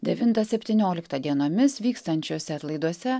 devintą septynioliktą dienomis vykstančiuose atlaiduose